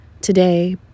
Today